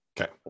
Okay